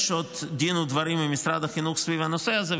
יש עוד דין ודברים עם משרד החינוך סביב הנושא הזה,